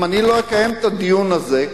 אם אני לא אקיים את הדיון הזה,